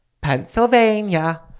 Pennsylvania